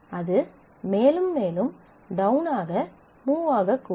அது மேலும் மேலும் டௌனாக மூவ் ஆகக் கூடும்